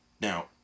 Now